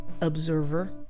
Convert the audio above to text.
observer